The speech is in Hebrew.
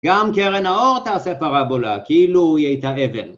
גם קרן האור תעשה פרבולה, כאילו היא הייתה אבן.